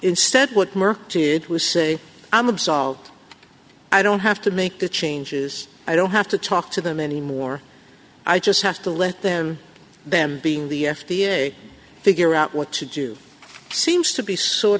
instead what merck did was say i'm absolved i don't have to make the changes i don't have to talk to them anymore i just have to let them then being the f d a figure out what to do seems to be sort